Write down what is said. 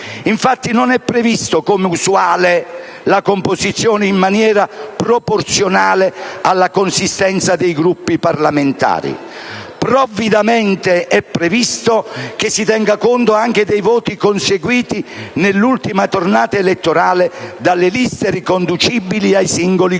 Infatti non è prevista come usuale la composizione in maniera proporzionale alla consistenza dei Gruppi parlamentari. Provvidamente è previsto che si tenga conto anche dei voti conseguiti nell'ultima tornata elettorale dalle liste riconducibili ai singoli Gruppi.